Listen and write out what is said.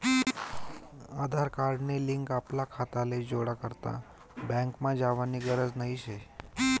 आधार card नी link आपला खाताले जोडा करता बँकमा जावानी गरज नही शे